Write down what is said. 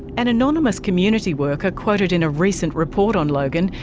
an anonymous community worker quoted in a recent report on logan,